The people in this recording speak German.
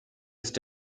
ist